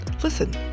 Listen